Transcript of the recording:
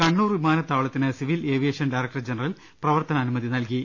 കണ്ണൂർ വിമാനത്താവളത്തിന് ് civil aviation director general പ്രവർത്തനാനുമതി നൽകി